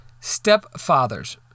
Stepfathers